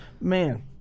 Man